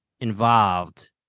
involved